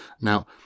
Now